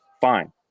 Fine